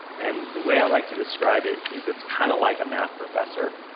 and the way i like to describe it is it's kind of like a math professor.